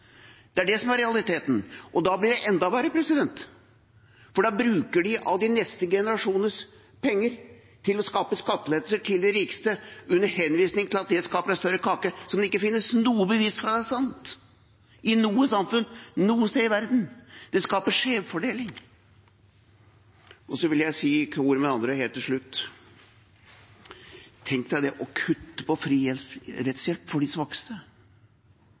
Det er det som er realiteten, og da blir det enda verre, for da bruker de av neste generasjoners penger til å gi skattelettelser til de rikeste under henvisning til at det skaper større kake, som det ikke finnes noe bevis for at er sant – i noe samfunn, noe sted i verden. Det skaper skjevfordeling. Så vil jeg si i kor med andre helt til slutt: Tenk å kutte i fri rettshjelp for de